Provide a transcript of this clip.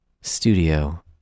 studio